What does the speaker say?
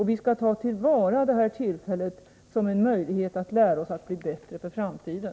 Vi skall ta till vara detta tillfälle som en möjlighet att lära oss att bli bättre för framtiden.